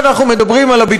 והאקווריום שמדברים עליו,